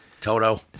Toto